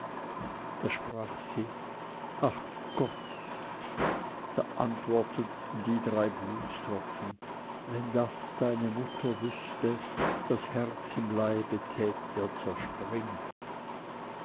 da sprach sie ach gott da antworteten die drei blutstropfen wenn das deine mutter wüßte das herz im leibe tät ihr zerspringen